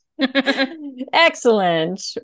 excellent